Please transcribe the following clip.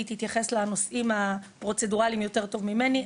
היא תתייחס לנושאים הפרוצדוראליים יותר טוב ממני.